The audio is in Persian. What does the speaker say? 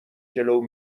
جلو